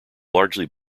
largely